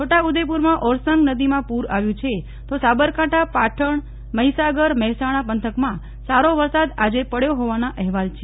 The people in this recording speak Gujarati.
છોટા ઉદેપુરમાં ઓરસંગ નદીમાં પુર આવ્યું છે તો સાબરકાંઠા પાટણ મહીસાગર મહેસાણા પંથકમાં સારો વરસાદ આજે પડ્યો હોવાના એહવાલ છે